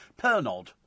Pernod